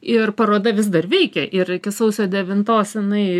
ir paroda vis dar veikia ir iki sausio devintos jinai